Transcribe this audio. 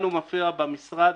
לנו מפריע במשרד,